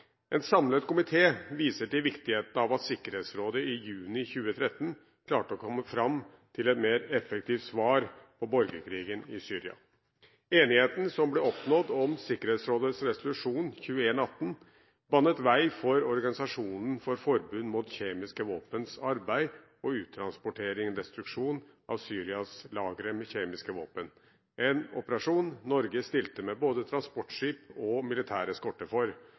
En samlet komité viser til viktigheten av at Sikkerhetsrådet i juni 2013 klarte å komme fram til et mer effektivt svar på borgerkrigen i Syria. Enigheten som ble oppnådd om Sikkerhetsrådets resolusjon 2118, banet vei for arbeidet til Organisasjonen for forbud mot kjemiske våpen og uttransportering og destruksjon av Syrias lagre med kjemiske våpen, en operasjon Norge stilte med både transportskip og